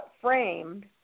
framed